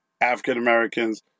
African-Americans